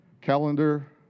calendar